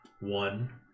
One